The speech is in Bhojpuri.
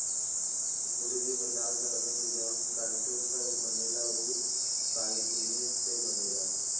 गुरु जी बतावत रहलन की जवन काइटो सभ बनेला उ काइतीने से बनेला